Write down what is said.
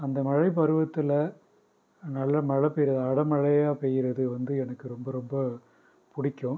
அந்த மழை பருவத்தில் நல்லா மழை பெய்கிறது அடை மழையாக பெய்கிறது வந்து எனக்கு ரொம்ப ரொம்ப பிடிக்கும்